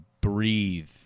breathe